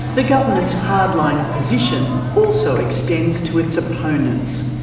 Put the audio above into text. the government's hard-line position also extends to its opponents,